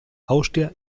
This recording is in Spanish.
austria